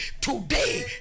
today